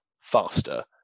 faster